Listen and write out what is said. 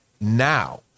now